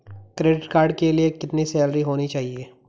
Credit card के लिए कितनी सैलरी होनी चाहिए?